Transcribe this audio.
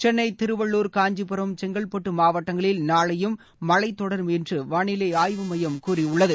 சென்னை திருவள்ளுர் காஞ்சிபுரம் செங்கல்பட்டு மாவட்டங்களில் நாளையும் மழை தொடரும் என்று வானிலை ஆய்வுமையம் கூறியுள்ளது